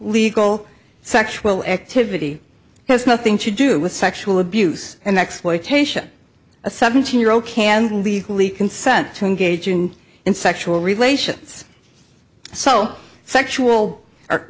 legal sexual activity has nothing to do with sexual abuse and exploitation a seventeen year old can't legally consent to engaging in sexual relations so sexual